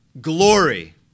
Glory